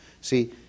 see